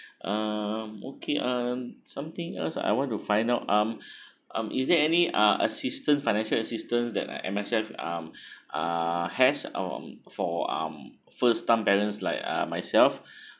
um okay uh something else I want to find out um um is there any uh assistance financial assistance that uh M_S_F um uh has um for um first time parent like uh myself